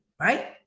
Right